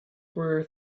were